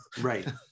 right